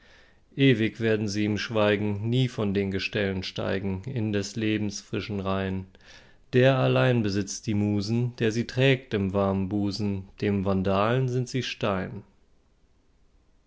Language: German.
ewig werden sie ihm schweigen nie von den gestellen steigen in des lebens frischen reihn der allein besitzt die musen der sie trägt im warmen busen dem vandalen sind sie stein